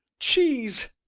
cheese!